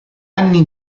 anni